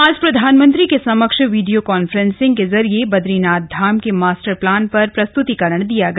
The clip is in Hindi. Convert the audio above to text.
आज प्रधानमंत्री के समक्ष वीडियो कांफ्रेंसिंग के जरिए बदरीनाथ धाम के मास्टर प्लान पर प्रस्तुतीकरण दिया गया